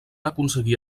aconseguir